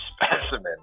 specimen